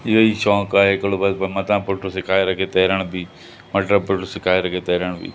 इहो ई शौक़ु आहे हिकिड़ो बसि मतां पुटु सेखारे रखे तरण बि मतां पुटु सेखारे रखे तरण बि